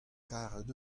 karet